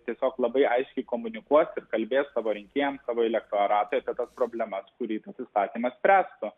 tiesiog labai aiškiai komunikuos ir kalbės savo rinkėjams savo elektoratui apie tas problemas kurį tas įstatymas spręstų